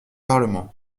parlement